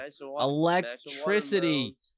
Electricity